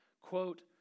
quote